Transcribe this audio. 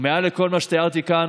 ומעל לכל מה שתיארתי כאן,